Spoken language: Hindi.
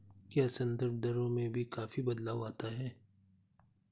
क्या संदर्भ दरों में भी काफी बदलाव आता है?